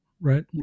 right